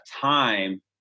time